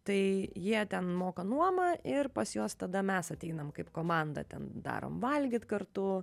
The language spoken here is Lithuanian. tai jie ten moka nuomą ir pas juos tada mes ateinam kaip komanda ten darom valgyt kartu